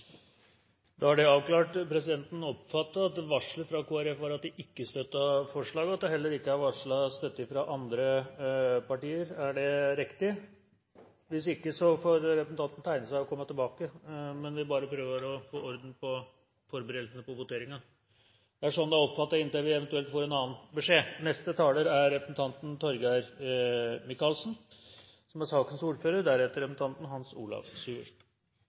Presidenten oppfattet at varselet fra Kristelig Folkepartiet var at de ikke støttet forslaget, og at det heller ikke er varslet støtte fra andre partier. Er det riktig? Hvis ikke, får representantene tegne seg og komme tilbake til det. Men presidenten prøver bare å få orden på forberedelse til voteringen. Det er sånn det er oppfattet, inntil vi eventuelt får en annen beskjed. Jeg merker meg at Høyres representanter har tatt diskusjonen som